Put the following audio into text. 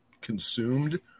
consumed